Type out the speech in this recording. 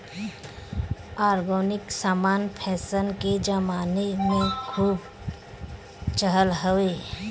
organic समान fashion के जमाना में खूब चलत हवे